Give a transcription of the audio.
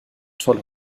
toll